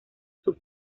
sus